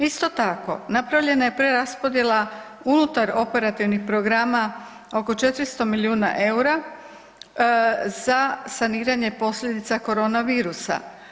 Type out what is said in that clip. Isto tako, napravljena je preraspodjela unutar operativnih programa oko 400 milijuna eura za saniranje posljedica koronavirusa.